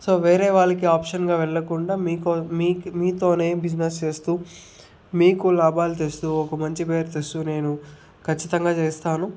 so వేరే వాళ్ళకి ఆప్షన్గా వెళ్ళకుండా మీక్ మీతోనే బిజినెస్ చేస్తూ మీకు లాభాలు తెస్తూ ఒక మంచి పేరు తెస్తూ నేను ఖచ్చితంగా చేస్తాను